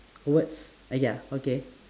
words a~ ya okay